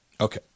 okay